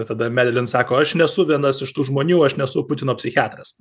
tada medelin sako aš nesu vienas iš tų žmonių aš nesu putino psichiatras